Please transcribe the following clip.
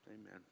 Amen